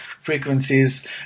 frequencies